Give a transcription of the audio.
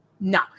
No